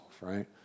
right